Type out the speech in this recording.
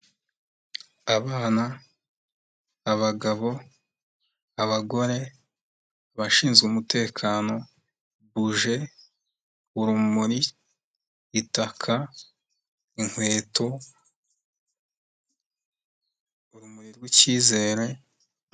Abana, abagabo, abagore, abashinzwe umutekano, buje, urumuri, itaka, inkweto, urumuri rw'ikizere.